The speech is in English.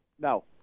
No